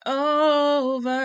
over